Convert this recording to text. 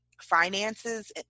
finances